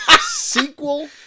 Sequel